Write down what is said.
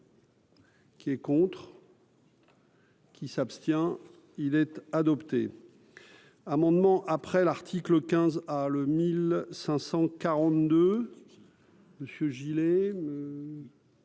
Qui est contre. Qui s'abstient-il être adopté. Amendement après l'article 15 le 1000